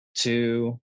two